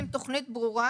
אנחנו רוצים תכנית ברורה